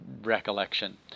recollection